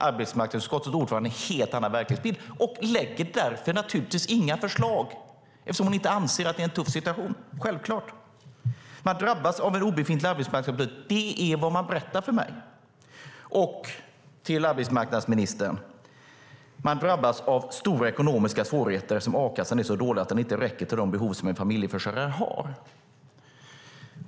Arbetsmarknadsutskottets ordförande har en helt annan verklighetsbild och lägger därför naturligtvis inte fram några förslag eftersom hon inte anser att det är en tuff situation. Självklart är det så. Människor drabbas av en obefintlig arbetsmarknadspolitik. Det är vad de berättar för mig. Till arbetsmarknadsministern vill jag säga att människor drabbas av stora ekonomiska svårigheter eftersom a-kassan är så dålig att den inte räcker till de behov som en familjeförsörjare har.